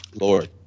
Lord